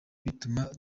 bituma